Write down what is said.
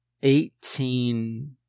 Eighteen